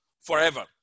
forever